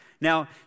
Now